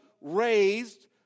raised